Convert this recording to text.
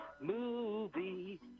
movie